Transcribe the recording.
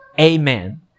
Amen